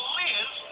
live